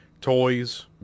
Toys